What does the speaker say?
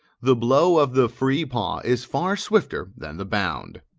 the blow of the free paw is far swifter than the bound.